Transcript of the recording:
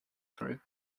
through